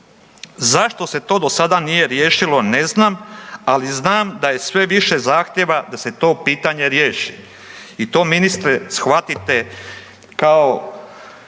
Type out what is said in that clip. Zašto se to do sada nije riješilo ne znam, ali znam da je sve više zahtjeva da se to pitanje riješi. I to ministre shvatite kao